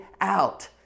out